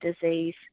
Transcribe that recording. disease